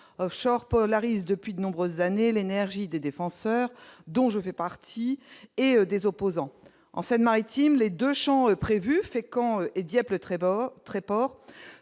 Offshore polarise depuis de nombreuses années l'énergie des défenseurs, dont je fais partie et des opposants en Seine-Maritime, les 2 chansons prévu Fécamp et Dieppe, Le Tréport